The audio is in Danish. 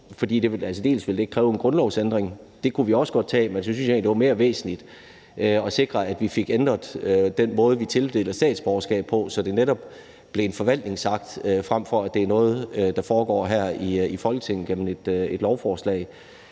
så det ikke ville kræve en grundlovsændring. Det kunne vi jo også godt tage en debat om, men så synes jeg egentlig, at det var mere væsentligt at sikre, at vi fik ændret den måde, vi tildeler statsborgerskab på, så det netop blev en forvaltningsakt fremfor at være noget, der foregår her i Folketinget via et lovforslag.